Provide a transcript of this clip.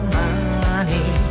money